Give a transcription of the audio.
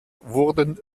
wurden